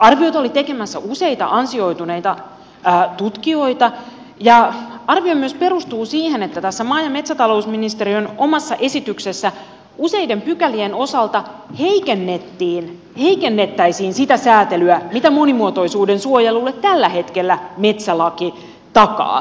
arviota oli tekemässä useita ansioituneita tutkijoita ja arvio myös perustuu siihen että tässä maa ja metsätalousministeriön omassa esityksessä useiden pykälien osalta heikennettäisiin sitä säätelyä mitä monimuotoisuuden suojelulle tällä hetkellä metsälaki takaa